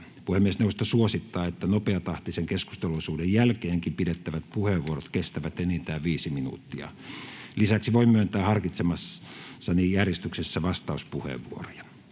Puhemiesneuvosto suosittaa, että nopeatahtisen keskusteluosuuden jälkeenkin pidettävät puheenvuorot kestävät enintään 5 minuuttia. Lisäksi puhemies voi myöntää harkitsemassaan järjestyksessä vastauspuheenvuoroja.